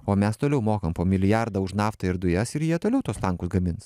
o mes toliau mokam po milijardą už naftą ir dujas ir jie toliau tuos tankus gamins